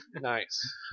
Nice